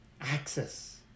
access